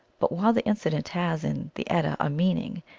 but while the incident has in the edda a meaning,